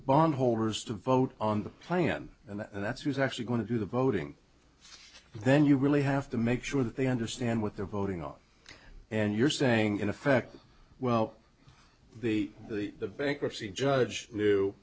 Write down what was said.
bondholders to vote on the plan and that's who's actually going to do the voting then you really have to make sure that they understand what they're voting on and you're saying in effect well the the the bankruptcy judge knew